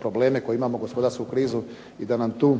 probleme koje imamo, gospodarsku krizu i da tu